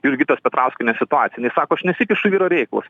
jurgitos petrauskienės situacija jinai sako aš nesikišu į vyro reikalus